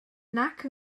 nac